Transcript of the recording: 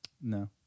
No